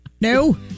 No